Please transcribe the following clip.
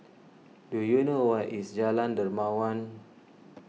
do you know where is Jalan Dermawan